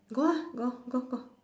go ah go go go